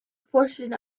portion